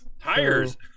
tires